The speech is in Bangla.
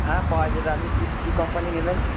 হ্যাঁ পাওয়া যাবে আপনি কী কোম্পানি নেবেন